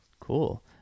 cool